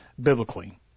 biblically